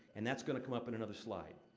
and that's gonna come up in another slide.